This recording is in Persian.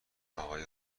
آقای